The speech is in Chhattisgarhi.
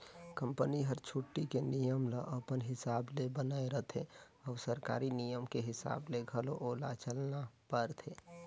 कंपनी हर छुट्टी के नियम ल अपन हिसाब ले बनायें रथें अउ सरकारी नियम के हिसाब ले घलो ओला चलना परथे